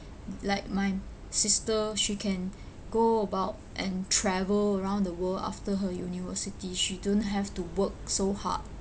like my sister she can go about and travel around the world after her university she don't have to work so hard